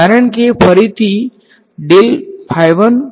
વિદ્યાર્થી minus delta 1 phi